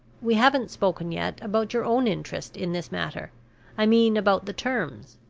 we haven't spoken yet about your own interest in this matter i mean, about the terms.